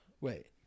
wait